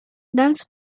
dance